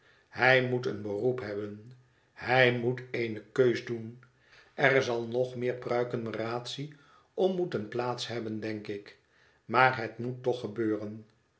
hij moet een beroep hebben hij moet eene keus doen er zal nog meer pmikenmeratie om moeten plaats hebben denk ik maar het moet toch gebeuren